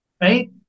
right